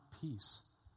peace